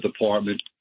department